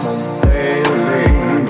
sailing